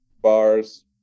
bars